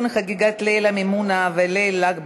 חגיגת ליל המימונה וליל ל"ג בעומר)